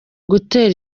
gutera